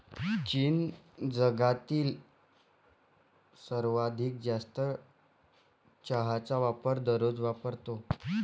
चीन जगातील सर्वाधिक जास्त चहाचा वापर दररोज वापरतो